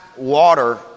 water